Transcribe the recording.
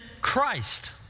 Christ